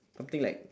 something like